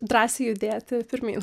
drąsiai judėti pirmyn